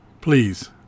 Please